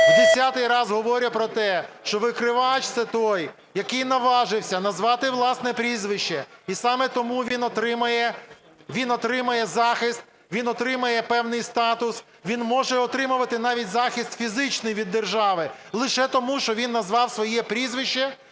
десятий раз говорю про те, що викривач – це той, який наважився назвати власне прізвище. І саме тому він отримає захист, він отримає певний статус. Він може отримати навіть захист фізичний від держави лише тому, що він назвав своє прізвище